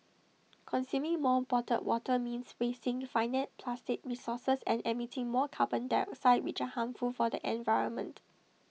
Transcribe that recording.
consuming more bottled water means wasting finite plastic resources and emitting more carbon dioxide which are harmful for the environment